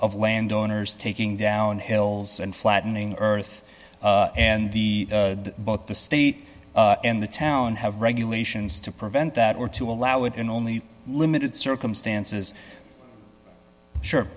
of landowners taking down hills and flattening earth and the both the state and the town have regulations to prevent that or to allow it in only limited circumstances sure